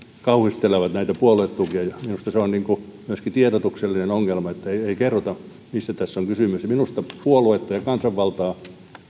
kauhistelevat näitä puoluetukia minusta se on myöskin tiedotuksellinen ongelma että ei kerrota mistä tässä on kysymys minusta puolueita ja kansanvaltaa